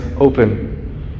open